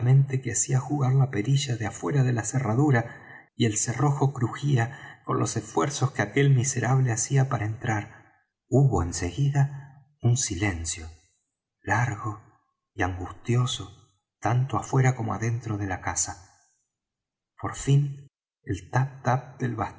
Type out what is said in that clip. distintamente que hacía jugar la perilla de fuera de la cerradura y el cerrojo crujía con los esfuerzos que aquel miserable hacía para entrar hubo enseguida un silencio largo y angustioso tanto afuera como adentro de la casa por fin el tap tap